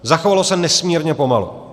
Zachovalo se nesmírně pomalu.